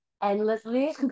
endlessly